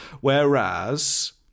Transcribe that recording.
Whereas